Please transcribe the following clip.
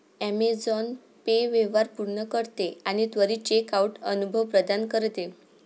Amazon pay व्यवहार पूर्ण करते आणि त्वरित चेकआउट अनुभव प्रदान करते